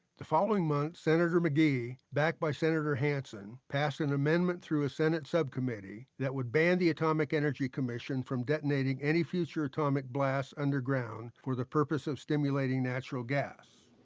the following month, senator mcgee backed by senator hansen passed an amendment through a senate subcommittee that would ban the atomic energy commission from detonating any future atomic blasts underground for the purpose of stimulating natural gas.